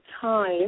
time